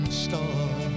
star